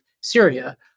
Syria